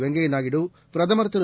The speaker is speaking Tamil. வெங்கய்ய நாயுடு பிரதமர் திரு